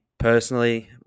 Personally